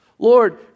Lord